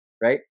right